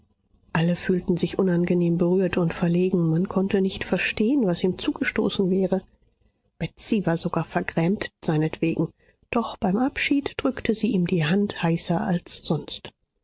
alle fühlten sich unangenehm berührt und verlegen man konnte nicht verstehen was ihm zugestoßen wäre betsy war sogar vergrämt seinetwegen doch beim abschied drückte sie ihm die hand heißer als sonst